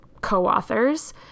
co-authors